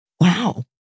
Wow